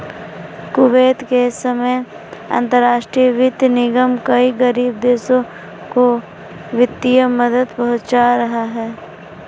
Kuwait के समय अंतरराष्ट्रीय वित्त निगम कई गरीब देशों को वित्तीय मदद पहुंचा रहा है